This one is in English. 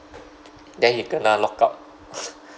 then he kena lock up